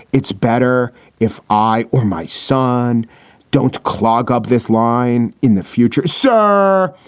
it's better if i or my son don't clog up this line in the future. sir,